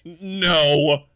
No